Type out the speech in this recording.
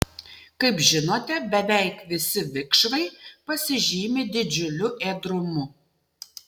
kaip žinote beveik visi vikšrai pasižymi didžiuliu ėdrumu